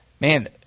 man